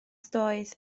doedd